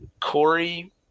Corey